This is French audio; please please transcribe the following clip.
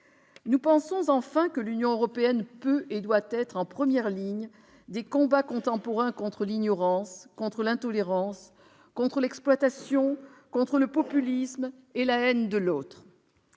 Nous pensons enfin que l'Union européenne peut et doit être en première ligne des combats contemporains contre l'ignorance, contre l'intolérance, contre l'exploitation, contre le populisme et contre la haine de l'autre.